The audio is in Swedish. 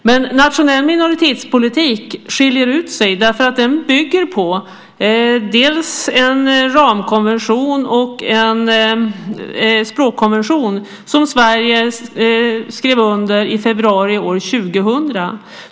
Men nationell minoritetspolitik skiljer ut sig därför att den bygger på dels en ramkonvention, dels en språkkonvention som Sverige skrev under i februari 2000.